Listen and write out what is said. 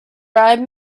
bribe